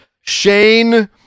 Shane